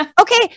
Okay